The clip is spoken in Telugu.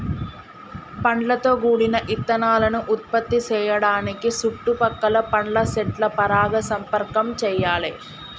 పండ్లతో గూడిన ఇత్తనాలను ఉత్పత్తి సేయడానికి సుట్టు పక్కల పండ్ల సెట్ల పరాగ సంపర్కం చెయ్యాలే